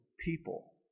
people